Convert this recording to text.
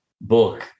book